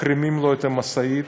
מחרימים לו את המשאית,